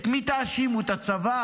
את מי תאשימו, את הצבא?